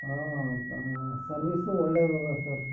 service ಒಳ್ಳೇವು ಅವ sir